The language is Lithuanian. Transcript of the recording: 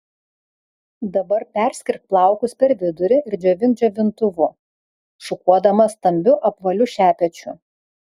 dabar perskirk plaukus per vidurį ir džiovink džiovintuvu šukuodama stambiu apvaliu šepečiu